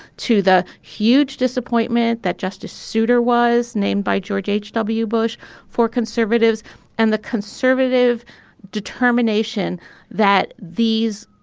to the huge disappointment that justice souter was named by george h w. bush for conservatives and the conservative determination that these